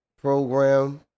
program